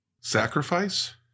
Sacrifice